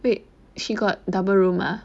wait she got double room ah